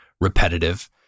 repetitive